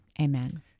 Amen